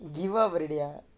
give up already ah